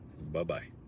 Bye-bye